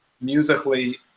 musically